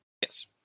Yes